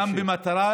אנחנו גם במטרה,